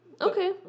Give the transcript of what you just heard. okay